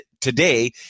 today